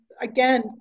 again